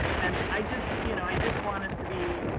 and i just you know i just want us to be,